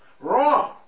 Wrong